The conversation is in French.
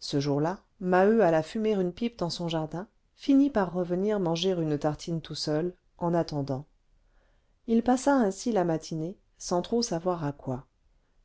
ce jour-là maheu alla fumer une pipe dans son jardin finit par revenir manger une tartine tout seul en attendant il passa ainsi la matinée sans trop savoir à quoi